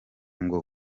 ngo